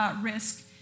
risk